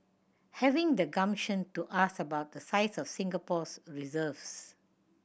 having the gumption to ask about the size of Singapore's reserves